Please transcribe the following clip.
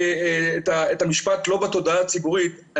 את המשפט לא בתודעה הציבורית.